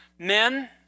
Men